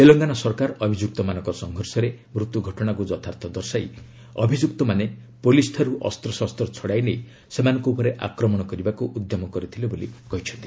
ତେଲେଙ୍ଗାନା ସରକାର ଅଭିଯୁକ୍ତମାନଙ୍କର ସଂଘର୍ଷରେ ମୃତ୍ୟୁ ଘଟାଣାକୁ ଯଥାର୍ଥ ଦର୍ଶାଇ ଅଭିଯୁକ୍ତମାନେ ପୁଲିସଠାରୁ ଅସ୍ତ୍ରଶସ୍ତ ଛଡାଇ ନେଇ ସେମାନଙ୍କ ଉପରେ ଆକ୍ରମଣ କରିବାକୁ ଉଦ୍ୟମ କରିଥିଲେ ବୋଲି କହିଛନ୍ତି